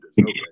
Okay